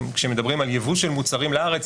כשמדברים על ייבוא של מוצרים לארץ,